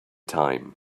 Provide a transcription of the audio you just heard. time